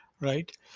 right